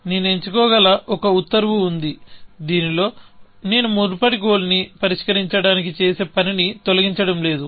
నేను ఎంచుకోగల ఒక ఉత్తర్వు ఉంది దీనిలో నేను మునుపటి గోల్ ని పరిష్కరించడానికి చేసిన పనిని తొలగించడం లేదు